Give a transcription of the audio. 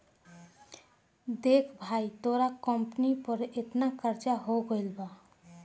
देख भाई तोरा कंपनी पर एतना कर्जा हो गइल बा